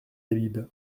habib